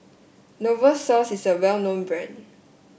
Novosource is a well known brand